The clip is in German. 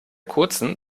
kurzen